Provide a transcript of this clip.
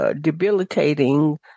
debilitating